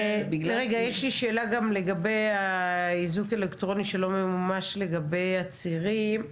יש לי שאלה לגבי האיזוק האלקטרוני שלא ממומש לגבי עצורים.